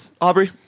Aubrey